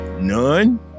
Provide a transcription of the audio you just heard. none